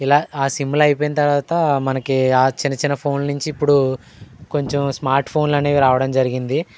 ఇలా సిమ్లు అయిపోయిన తర్వాత మనకి ఆ చిన్న చిన్న ఫోన్ల నుంచి ఇప్పుడు కొంచెం స్మార్ట్ ఫోన్లు అనేవి రావడం జరిగింది